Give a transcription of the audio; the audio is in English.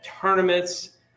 tournaments